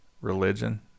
religion